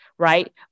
right